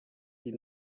die